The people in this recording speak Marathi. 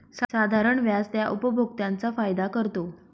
साधारण व्याज त्या उपभोक्त्यांचा फायदा करतो